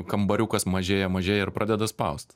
kambariukas mažėja mažėja ir pradeda spaust